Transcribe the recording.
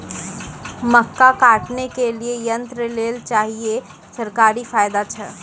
मक्का काटने के लिए यंत्र लेल चाहिए सरकारी फायदा छ?